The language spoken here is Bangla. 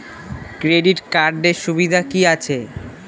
ক্রেডিট কার্ডের সুবিধা কি আছে?